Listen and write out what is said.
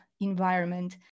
environment